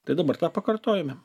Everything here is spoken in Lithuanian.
tai dabar tą pakartojome